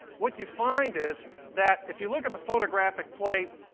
what you find is that if you look at the photographic plate